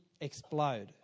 explode